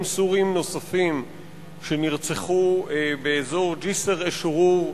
סורים נוספים שנרצחו באזור ג'סר-א-שורור.